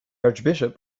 archbishop